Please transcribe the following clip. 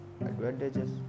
advantages